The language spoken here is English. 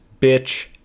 bitch